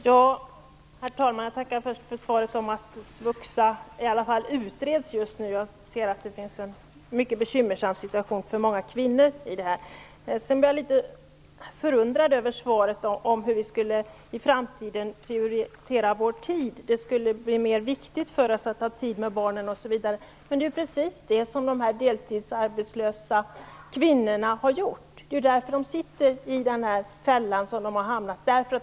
Herr talman! Jag tackar först för svaret om att svuxa i alla fall utreds just nu. Det är en mycket bekymmersam situation för många kvinnor. Jag är litet förundrad över svaret hur vi i framtiden skulle prioritera vår tid. Det skulle bli mer viktigt för oss att ha tid att vara med våra barn osv. Men det är precis det som dessa deltidsarbetslösa kvinnor har gjort. Det är därför de sitter i den fälla som de hamnat i.